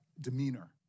demeanor